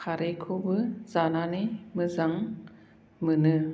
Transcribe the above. खारैखौबो जानानै मोजां मोनो